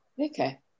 Okay